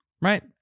right